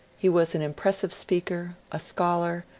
he was an impressive speaker, a scholar,